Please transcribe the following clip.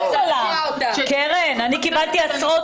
אני קיבלתי עשרות